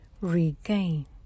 regain